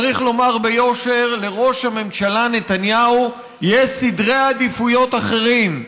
צריך לומר ביושר: לראש הממשלה נתניהו יש סדרי עדיפויות אחרים,